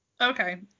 Okay